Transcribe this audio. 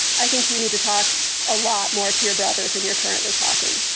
i think you need to talk a lot more to your brother than you're currently talking.